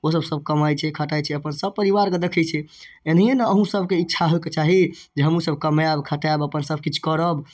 ओ सब सब कमाइ छै खटाइ छै अपन सब परिवारके देखै छै एनाहिये ने अहूँ सबके इच्छा होइके चाही जे हमहूँ सब कमायब खटायब अपन सब किछु करब